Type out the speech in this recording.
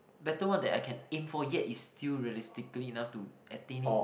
better one that I can aim for yet is still realistically enough to attain it